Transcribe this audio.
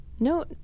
No